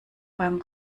beim